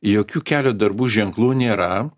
jokių kelio darbų ženklų nėra